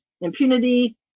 impunity